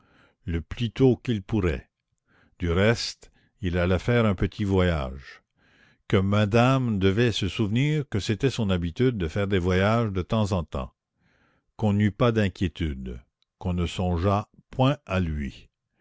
le plus tôt qu'il pourrait du reste il allait faire un petit voyage que madame devait se souvenir que c'était son habitude de faire des voyages de temps en temps qu'on n'eût pas d'inquiétude qu'on ne songeât point à lui